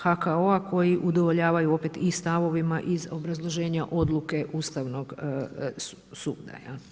HKO-a koji udovoljavaju opet i stavovima iz obrazloženja odluke Ustavnog suda.